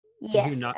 Yes